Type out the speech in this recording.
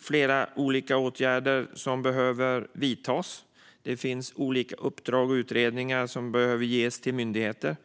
Flera åtgärder behöver vidtas, och utredningsuppdrag och andra uppdrag behöver ges till myndigheter.